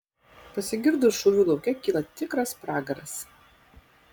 pasigirdus šūviui lauke kyla tikras pragaras